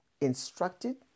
instructed